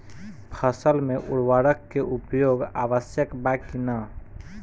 फसल में उर्वरक के उपयोग आवश्यक बा कि न?